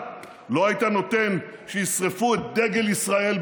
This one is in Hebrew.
אדוני היושב-ראש,